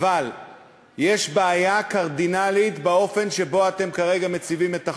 יש בעיה קרדינלית באופן שבו אתם כרגע מציבים את החוק,